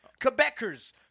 Quebecers